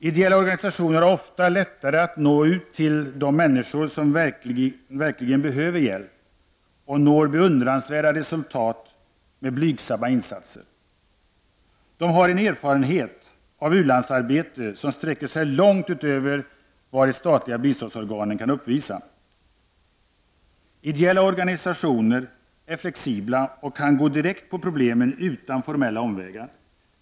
Ideella organisationer har ofta lättare att nå ut till de människor som verkligen behöver hjälp och når beundransvärda resultat med blygsamma insatser. De har en erfarenhet av u-landsarbete som sträcker sig långt utöver vad de statliga biståndsorganen kan uppvisa. Ideella organisationer är flexibla och kan gå direkt på problemen utan formella omvägar.